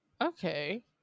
Okay